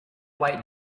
white